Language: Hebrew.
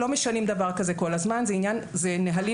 לא משנים דבר כזה כל הזמן אלא אלה נהלים